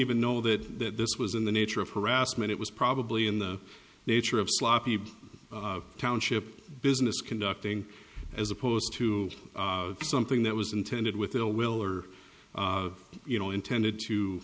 even know that this was in the nature of harassment it was probably in the nature of sloppy township business conducting as opposed to something that was intended with a will or you know intended to